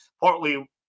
partly